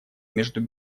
между